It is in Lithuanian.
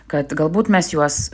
kad galbūt mes juos